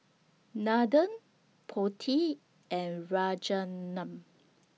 Nathan Potti and Rajaratnam